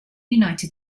united